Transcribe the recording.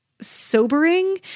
sobering